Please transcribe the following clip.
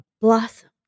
Blossom